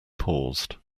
paused